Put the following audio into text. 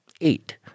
eight